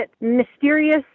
mysterious